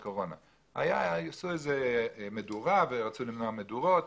עשו מדורה בזמן שרצו למנוע מדורות,